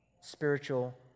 spiritual